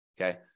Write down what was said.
okay